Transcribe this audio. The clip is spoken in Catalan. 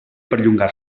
perllongar